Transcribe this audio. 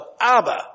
Abba